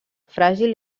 fràgil